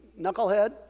knucklehead